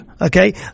okay